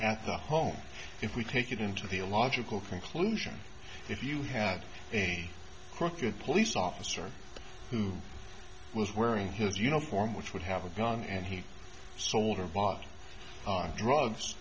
at the home if we take it into the logical conclusion if you had any crooked police officer who was wearing his uniform which would have a gun and he sold or bought drugs